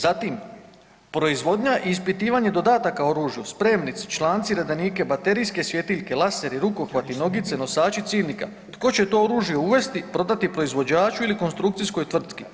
Zatim, proizvodnja i ispitivanje dodataka oružju, spremnici, članci, redenike, baterijske svjetiljke, laseri, rukohvati, nogice, nosači ciljnika, tko će to oružje uvesti, prodati proizvođaču ili konstrukcijskoj tvrtki?